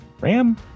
ram